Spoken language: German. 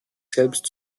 selbst